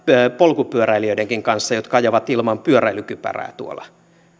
polkupyöräilijöidenkin kanssa jotka ajavat ilman pyöräilykypärää